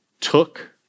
took